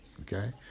okay